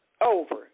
over